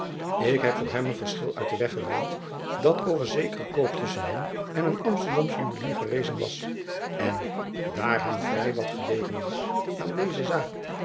k heb voor hem een verschil uit den weg geruimd dat over zekeren koop tusschen hem en een msterdamsch juwelier gerezen was en daar hem vrij wat gelegen was aan deze zaak